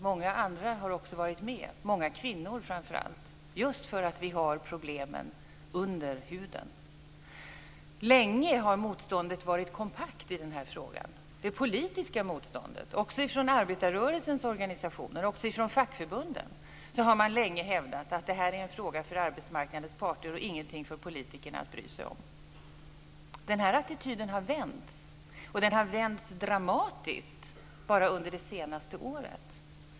Många andra har också varit med, framför allt många kvinnor, just för att vi har problemen under huden. Länge har det politiska motståndet varit kompakt i den här frågan. Också arbetarrörelsens organisationer och fackförbunden har länge hävdat att det här är en fråga för arbetsmarknadens parter och ingenting för politikerna att bry sig om. Den här attityden har vänts, och den har vänts dramatiskt bara under det senaste året.